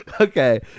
Okay